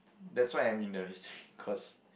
that's why I'm in the history course